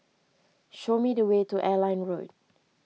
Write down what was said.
show me the way to Airline Road